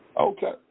Okay